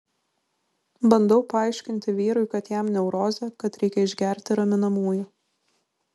bandau paaiškinti vyrui kad jam neurozė kad reikia išgerti raminamųjų